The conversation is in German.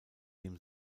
dem